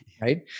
right